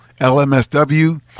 LMSW